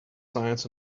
science